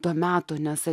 to meto nes